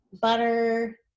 butter